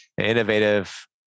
innovative